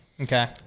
Okay